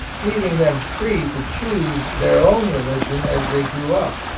leaving them free to choose their own religion as they grew up.